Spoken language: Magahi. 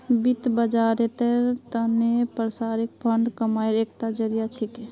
वित्त बाजारेर त न पारस्परिक फंड कमाईर एकता जरिया छिके